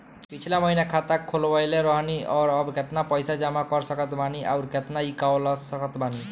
पिछला महीना खाता खोलवैले रहनी ह और अब केतना पैसा जमा कर सकत बानी आउर केतना इ कॉलसकत बानी?